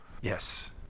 Yes